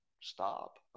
stop